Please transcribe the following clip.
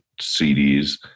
CDs